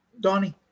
donnie